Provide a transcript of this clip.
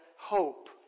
hope